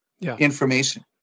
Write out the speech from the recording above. information